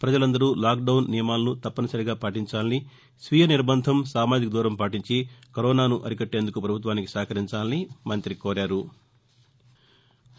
ప్రజలందరూ lockdown నియమాలను తప్పనిసరిగా పాటీంచాలని స్వీయ నిర్బందం సామాజిక దూరం పాటీంచి కరోనాని అరికట్టేందుకు పభుత్వానికి సహకరించాలని మంతి కోరారు